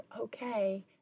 Okay